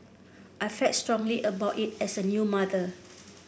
I felt strongly about it as a new mother